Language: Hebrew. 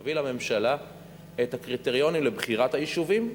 נביא לממשלה את הקריטריונים לבחירת היישובים,